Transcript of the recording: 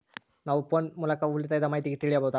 ನಾವು ಫೋನ್ ಮೂಲಕ ಉಳಿತಾಯದ ಮಾಹಿತಿ ತಿಳಿಯಬಹುದಾ?